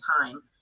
time